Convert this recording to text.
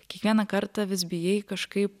kiekvieną kartą vis bijai kažkaip